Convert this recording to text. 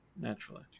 naturally